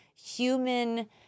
human